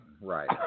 right